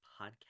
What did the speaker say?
podcast